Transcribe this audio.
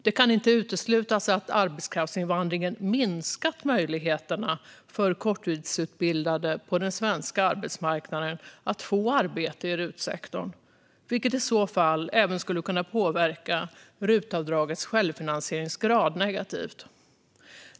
Det kan inte uteslutas att arbetskraftsinvandringen minskat möjligheterna för korttidsutbildade på den svenska arbetsmarknaden att få arbete i RUT-sektorn, vilket i så fall även skulle kunna påverka RUT-avdragets självfinansieringsgrad negativt.